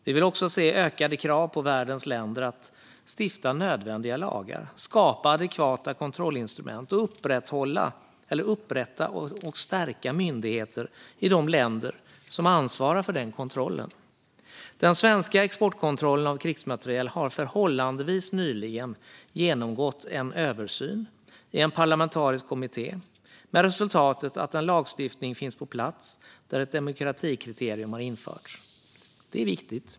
Vi vill också se ökade krav på världens länder att stifta nödvändiga lagar, skapa adekvata kontrollinstrument och upprätta och stärka myndigheter i de länder som ansvarar för den kontrollen. Den svenska exportkontrollen av krigsmateriel har förhållandevis nyligen genomgått en översyn i en parlamentarisk kommitté, med resultatet att en lagstiftning finns på plats där ett demokratikriterium har införts. Det är viktigt.